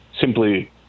simply